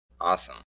Awesome